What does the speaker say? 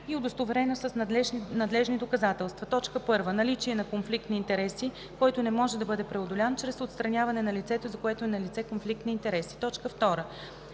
и удостоверено с надлежни доказателства: 1. наличие на конфликт на интереси, който не може да бъде преодолян чрез отстраняване на лицето, за което е налице конфликт на интереси; 2. опит